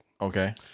Okay